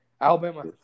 Alabama